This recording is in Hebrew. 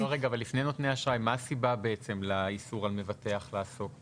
מהי הסיבה לאיסור על מבטח לעסוק